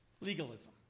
Legalism